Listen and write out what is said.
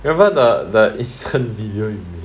remember the the video you made